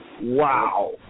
Wow